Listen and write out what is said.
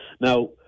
Now